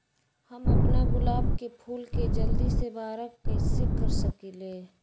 हम अपना गुलाब के फूल के जल्दी से बारा कईसे कर सकिंले?